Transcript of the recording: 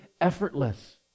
effortless